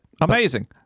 Amazing